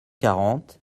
quarante